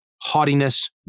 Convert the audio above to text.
haughtiness